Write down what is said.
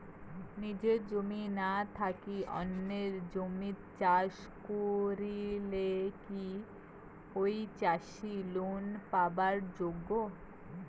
নিজের জমি না থাকি অন্যের জমিত চাষ করিলে কি ঐ চাষী লোন পাবার যোগ্য?